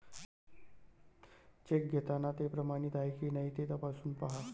check घेताना ते प्रमाणित आहे की नाही ते तपासून पाहा